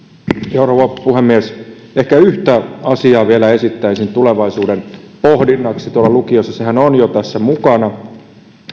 rouva puhemies ehkä yhtä asiaa vielä esittäisin tulevaisuuden pohdinnaksi tuolla lukioissa sehän on jo tässä mukana ja